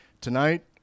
tonight